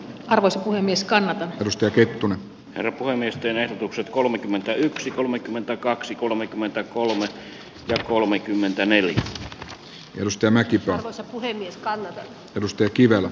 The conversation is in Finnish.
arvoisa puhemies kannat mustajoki on herkkua miesten esitykset kolmekymmentäyksi kolmekymmentäkaksi kolmekymmentäkolme kolmekymmentäneljä janus tämäkin rahansa puhemies kalevi kivistö kivellä